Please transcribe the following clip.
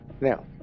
Now